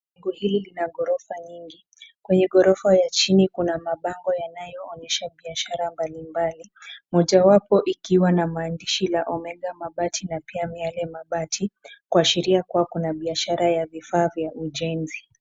Jengo hili lina ghorofa nyingi. Kwenye ghorofa ya chini kuna mabango yanayoonyesha biashara mbalimbali. Mojawapo ikiwa na maandishi la Omega Mabati na pia Miale Mabati kuashiria kuwa kuna biashara ya vifaa vya ujenzi.